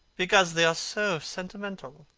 because they are so sentimental.